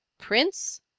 prince